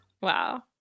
Wow